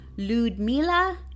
Ludmila